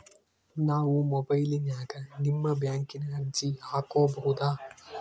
ನಾವು ಮೊಬೈಲಿನ್ಯಾಗ ನಿಮ್ಮ ಬ್ಯಾಂಕಿನ ಅರ್ಜಿ ಹಾಕೊಬಹುದಾ?